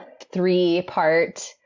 three-part